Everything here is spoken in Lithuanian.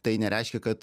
tai nereiškia kad